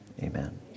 Amen